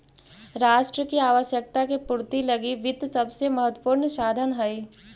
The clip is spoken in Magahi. राष्ट्र के आवश्यकता के पूर्ति लगी वित्त सबसे महत्वपूर्ण साधन हइ